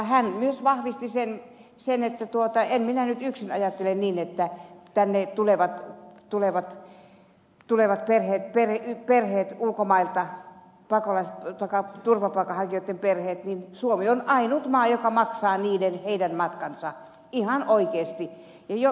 hän myös vahvisti sen että en minä nyt yksin ajattele niin että kun tänne tulevat perheet ulkomailta turvapaikanhakijoitten perheet niin suomi on ainut maa joka maksaa heidän matkansa ihan oikeasti